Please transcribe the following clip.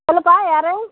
சொல்லுப்பா யார்